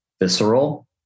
visceral